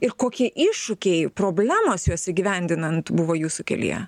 ir kokie iššūkiai problemos juos įgyvendinant buvo jūsų kelyje